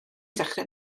dechrau